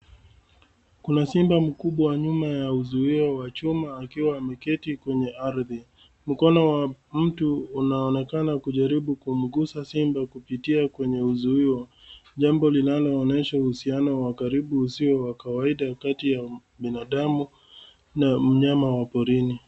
Kuna simba mkubwa nyuma ya uzuio wa chuma akiwa ameketi kwenye ardhi. Mkono wa mtu unaonekana ukijaribu kumgusa simba kupitia kwenye uzuio. Jambo linaloonyesha uhusiano wa karibu usio wa kawaida kati ya binadamu na mnyama wa porini.